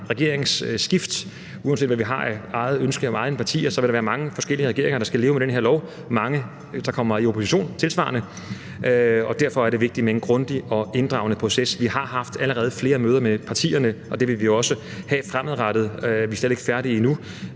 regeringsskift. Uanset hvad der er af egne ønsker i de forskellige partier, vil der være mange forskellige regeringer, der skal leve med den her lov, og mange regeringspartier, der tilsvarende kommer i opposition. Derfor er det vigtigt med en grundig og inddragende proces. Vi har allerede haft flere møder med partierne, og det vil vi også have fremadrettet. Vi er slet ikke færdige endnu,